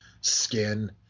skin